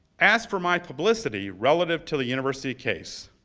as for my publicity relative to the university case,